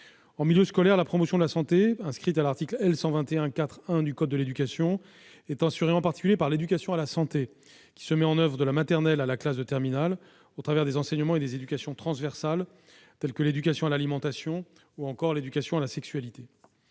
En milieu scolaire, la promotion de la santé, inscrite à l'article L. 121-4-1 du code de l'éducation, est assurée en particulier par l'éducation à la santé. Cette dernière est mise en oeuvre de la maternelle à la classe de terminale au travers d'enseignements transversaux tels que l'éducation à l'alimentation ou encore l'éducation à la sexualité.